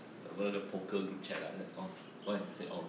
over the poker group chat ah say oh why say oh